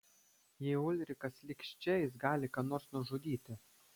jei ulrikas liks čia jis gali ką nors nužudyti